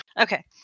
Okay